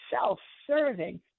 self-serving